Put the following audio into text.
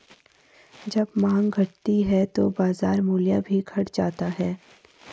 जब माँग घटती है तो बाजार मूल्य भी घट जाता है